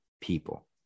people